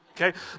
okay